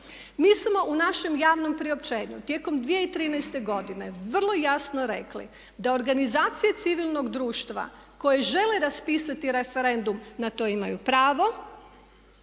Mi smo u našem javnom priopćenju tijekom 2013. godine vrlo jasno rekli da organizacije civilnog društva koje žele raspisati referendum na to imaju pravo